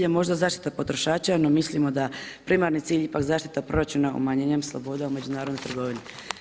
Cilj je možda zaštita potrošača, no mislimo da primarni cilj ipak zaštita proračuna umanjenjem sloboda u međunarodnoj trgovini.